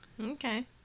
Okay